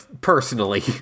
personally